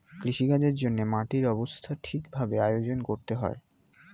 কৃষিকাজের জন্যে মাটির অবস্থা ঠিক ভাবে আয়োজন করতে হয়